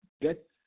get